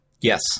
Yes